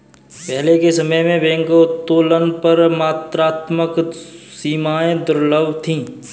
पहले के समय में बैंक उत्तोलन पर मात्रात्मक सीमाएं दुर्लभ थीं